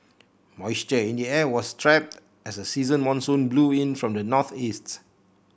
moisture in the air was trapped as a season monsoon blew in from the northeast